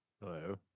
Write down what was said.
Hello